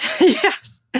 Yes